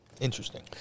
Interesting